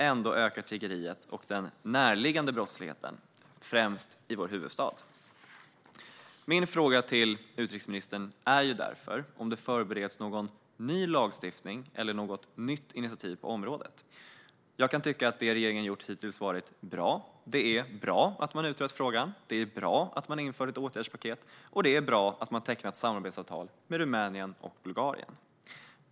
Ändå ökar tiggeriet och den närliggande brottsligheten, främst i vår huvudstad. Min fråga till inrikesministern är därför om det förbereds någon ny lagstiftning eller något nytt initiativ på området. Jag tycker att det som regeringen gjort hittills varit bra. Det är bra att man utrett frågan, att man infört ett åtgärdspaket och att man har tecknat ett samarbetsavtal med Rumänien och Bulgarien.